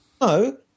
No